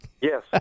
Yes